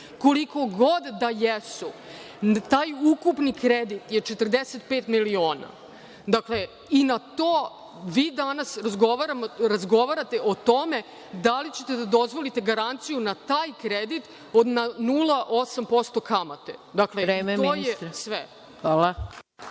Koliko god da jesu, taj ukupni kredit je 45 miliona. Dakle, vi danas razgovarate o tome da li ćete da dozvolite garanciju na taj kredit od 0,8% kamate. Dakle, to je sve. **Maja